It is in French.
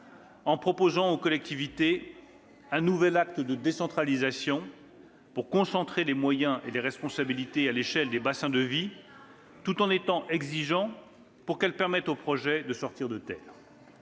en proposant aux collectivités un nouvel acte de décentralisation, afin de concentrer les moyens et les responsabilités à l'échelle des bassins de vie, tout en restant exigeants pour permettre aux projets de sortir de terre.